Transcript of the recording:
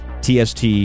TST